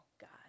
God